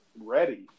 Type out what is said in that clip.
ready